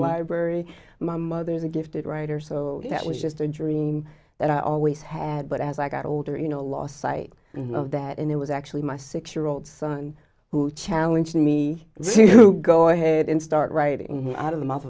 library my mother's a gifted writer so that was just a dream that i always had but as i got older you know lost sight of that and it was actually my six year old son who challenge me to go ahead and start writing out of the mouth